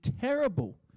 terrible